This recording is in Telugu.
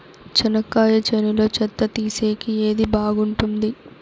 చెనక్కాయ చేనులో చెత్త తీసేకి ఏది బాగుంటుంది?